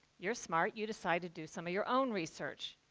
you're smart, you decide to do some of your own research.